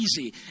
easy